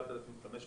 7,500